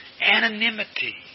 Anonymity